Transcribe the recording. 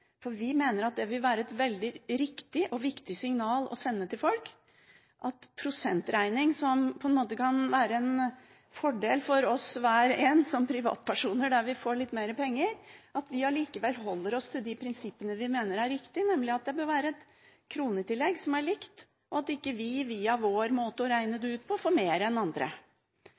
for vi mener at det bør være et veldig riktig og viktig signal å sende til folk at når det gjelder prosentberegning, som kan være en fordel for hver og en av oss som privatpersoner, da vi får litt mer penger, holder vi oss allikevel til de prinsippene vi mener er riktige, nemlig at det bør være et kronetillegg som er likt, og at ikke vi via vår måte å regne det ut på får mer enn andre.